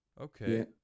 Okay